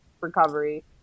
recovery